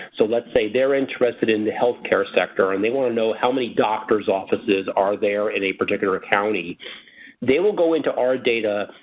so let's say they're interested in the health care sector and they want to know how many doctors' offices are there in a particular county they will go into our data.